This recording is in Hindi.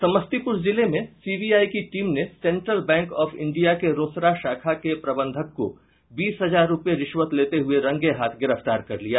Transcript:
समस्तीपूर जिले में सीबीआई की टीम ने सेंट्रल बैंक ऑफ इंडिया के रोसड़ा शाखा के प्रबंधक को बीस हजार रूपये रिश्वत लेते हुए रंगेहाथ गिरफ्तार कर लिया